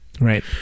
Right